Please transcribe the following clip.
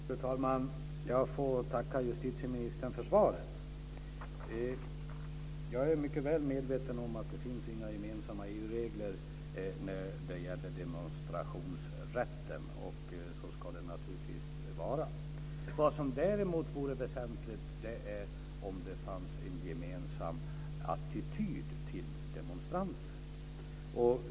Fru talman! Jag får tacka justitieministern för svaret. Jag är mycket väl medveten om att det inte finns några gemensamma EU-regler när det gäller demonstrationsrätten, och så ska det naturligtvis vara. Vad som däremot vore väsentligt är en gemensam attityd till demonstranter.